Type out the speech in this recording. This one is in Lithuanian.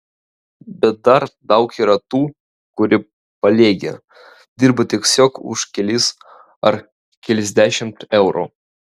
bet dar daug yra tų kurie paliegę dirba tiesiog už kelis ar keliasdešimt eurų